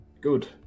Good